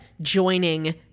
joining